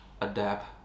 adapt